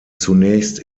zunächst